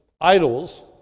idols